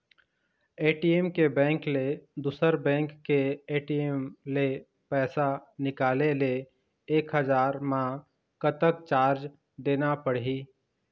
ATM के bank ले दुसर बैंक के ए.टी.एम ले पैसा निकाले ले एक हजार मा कतक चार्ज देना पड़ही?